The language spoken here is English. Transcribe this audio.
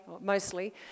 mostly